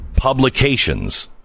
Publications